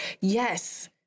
yes